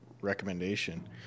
recommendation